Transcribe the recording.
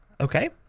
Okay